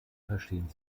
verstehen